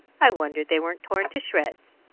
i wonder they weren't torn to shreds.